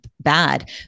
bad